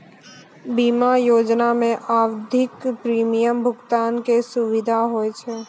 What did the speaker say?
बीमा योजना मे आवधिक प्रीमियम भुगतान के सुविधा होय छै